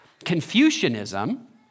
Confucianism